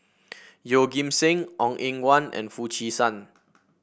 Yeoh Ghim Seng Ong Eng Guan and Foo Chee San